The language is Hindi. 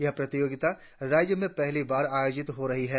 यह प्रतियोगिता राज्य में पहली बार आयोजित हो रही है